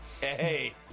Hey